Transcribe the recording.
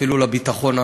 אפילו לביטחון העצמי.